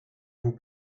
vous